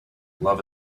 love